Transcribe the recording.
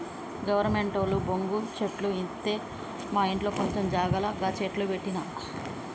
గవర్నమెంటోళ్లు బొంగు చెట్లు ఇత్తె మాఇంట్ల కొంచం జాగల గ చెట్లు పెట్టిన